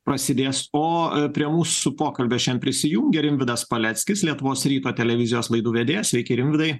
prasidės o prie mūsų pokalbio šiandien prisijungė rimvydas paleckis lietuvos ryto televizijos laidų vedėjas sveiki rimvydai